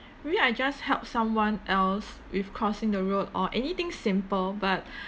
maybe I just help someone else with crossing the road or anything simple but